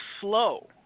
slow